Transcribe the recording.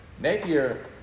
Napier